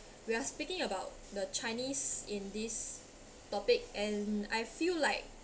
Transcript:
we are speaking about the chinese in this topic and I feel like